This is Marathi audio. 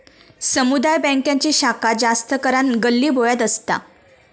समुदाय बॅन्कांची शाखा जास्त करान गल्लीबोळ्यात असता